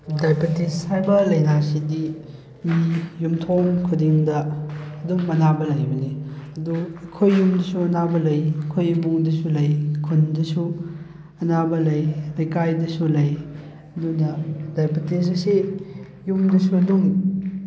diabetes ꯍꯥꯏꯕ ꯂꯩꯅꯥꯁꯤꯗꯤ ꯃꯤ ꯌꯨꯝꯊꯣꯡ ꯈꯨꯗꯤꯡꯗ ꯑꯗꯨꯝ ꯑꯅꯥꯕ ꯂꯩꯕꯅꯤ ꯑꯗꯨ ꯑꯩꯈꯣꯏ ꯌꯨꯝꯗꯁꯨ ꯑꯅꯥꯕ ꯂꯩ ꯑꯩꯈꯣꯏ ꯏꯃꯨꯡꯗꯁꯨ ꯂꯩ ꯈꯨꯟꯗꯁꯨ ꯑꯅꯥꯕ ꯂꯩ ꯂꯩꯀꯥꯏꯗꯁꯨ ꯂꯩ ꯑꯗꯨꯗ ꯗꯥꯏꯕꯇꯤꯁ ꯑꯁꯤ ꯌꯨꯝꯗꯁꯨ ꯑꯗꯨꯝ